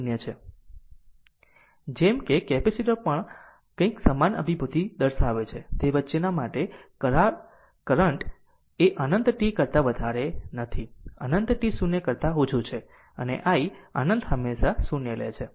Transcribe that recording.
જેમ કે કેપેસિટર પણ કંઈક સમાન અભીભુતી દર્શાવે છે તે વચ્ચેના માટે કરંટ કરંટ અનંત t કરતા વધારે નથી અનંત t 0 કરતાં ઓછું છે અને i અનંત હંમેશા 0 લે છે